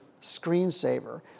screensaver